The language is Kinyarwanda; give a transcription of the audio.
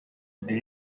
adrien